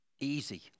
easy